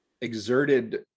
exerted